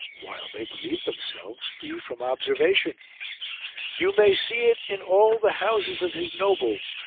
while they believed themselves free from observation you may see it in all the houses of his nobles,